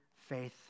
faith